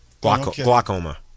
Glaucoma